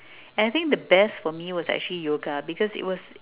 and I think the best for me was actually yoga because it was su~